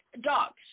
dogs